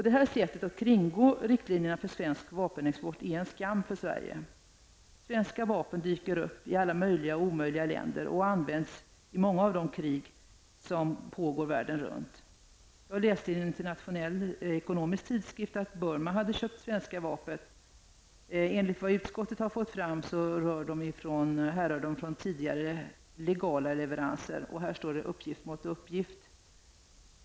Det här sättet att kringgå riktlinjerna är en skam för Sverige. Svenska vapen dyker upp i alla möjliga och omöjliga länder och används i många av de krig som pågår världen runt. Jag läste i en internationell ekonomisk tidskrift att Burma har köpt svenska vapen. Enligt vad utskottet har kunnat få fram härrör de från tidigare legala leveranser. Här står uppgift mot uppgift.